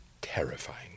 terrifying